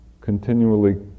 continually